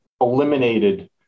eliminated